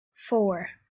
four